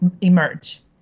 emerge